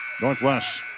Northwest